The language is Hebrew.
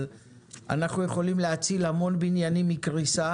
אבל אנחנו יכולים להציל המון בניינים מקריסה